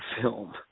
film